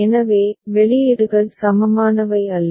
எனவே வெளியீடுகள் சமமானவை அல்ல